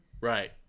Right